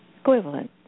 equivalent